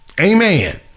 amen